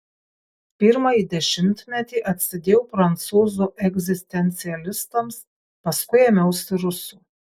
pirmąjį dešimtmetį atsidėjau prancūzų egzistencialistams paskui ėmiausi rusų